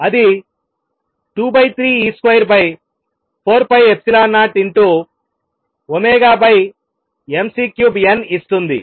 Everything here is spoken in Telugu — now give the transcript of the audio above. అది 23 e2 4ε0ω mC3n ఇస్తుంది